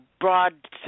broad